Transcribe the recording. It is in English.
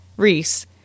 Reese